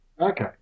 okay